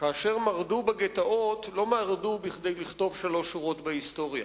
כאשר מרדו בגטאות לא מרדו כדי לכתוב שלוש שורות בהיסטוריה.